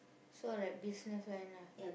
so like business line lah